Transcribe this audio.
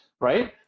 right